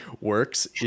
works